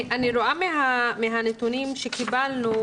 אני רואה בנתונים שקיבלנו,